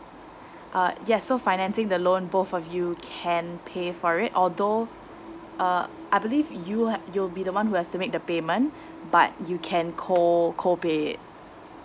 uh yes so financing the loan both of you can pay for it although uh I believe you ha~ you'll be the one who has to make the payment but you can co~ co pay it